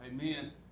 Amen